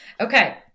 Okay